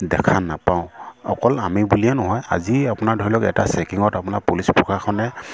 দেখা নাপাওঁ অকল আমি বুলিয়ে নহয় আজি আপোনাৰ ধৰি লওক এটা চেকিঙত আপোনাৰ পুলিচ প্ৰকাশনে